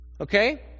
Okay